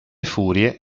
furie